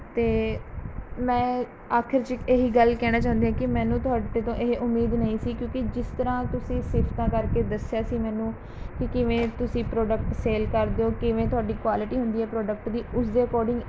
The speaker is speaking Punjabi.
ਅਤੇ ਮੈਂ ਆਖਰ 'ਚ ਇਹੀ ਗੱਲ ਕਹਿਣਾ ਚਾਹੁੰਦੀ ਹਾਂ ਕਿ ਮੈਨੂੰ ਤੁਹਾਡੇ ਤੋਂ ਇਹ ਉਮੀਦ ਨਹੀਂ ਸੀ ਕਿਉਂਕਿ ਜਿਸ ਤਰ੍ਹਾਂ ਤੁਸੀਂ ਸਿਫਤਾਂ ਕਰਕੇ ਦੱਸਿਆ ਸੀ ਮੈਨੂੰ ਕਿ ਕਿਵੇਂ ਤੁਸੀਂ ਪ੍ਰੋਡਕਟ ਸੇਲ ਕਰਦੇ ਹੋ ਕਿਵੇਂ ਤੁਹਾਡੀ ਕੁਆਲਿਟੀ ਹੁੰਦੀ ਹੈ ਪ੍ਰੋਡਕਟ ਦੀ ਉਸਦੇ ਅਕੋਰਡਿੰਗ